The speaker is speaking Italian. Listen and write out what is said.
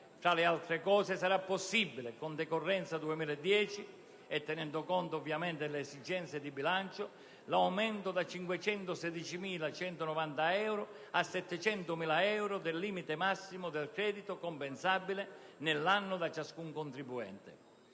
Tra le altre cose sarà possibile, con decorrenza 2010 e tenendo conto ovviamente delle esigenze di bilancio, l'aumento da 516.190 euro a 700.000 euro del limite massimo di credito compensabile nell'anno da ciascun contribuente.